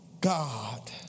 God